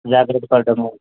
జాగ్రత్త పడతాము